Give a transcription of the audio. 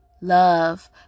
Love